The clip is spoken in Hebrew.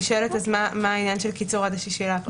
אני שואלת מה העניין של קיצור עד ה-6 באפריל.